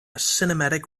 cinematic